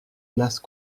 place